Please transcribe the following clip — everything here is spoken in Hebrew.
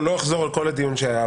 לא אחזור על כל הדיון שהיה,